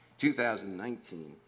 2019